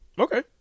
Okay